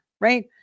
right